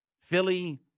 Philly